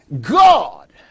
God